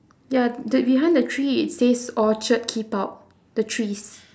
ya the behind the tree it says orchard keep out the trees